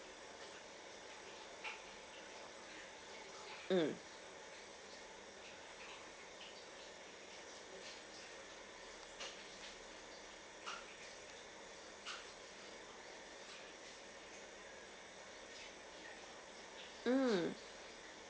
mm